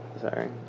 Sorry